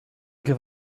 give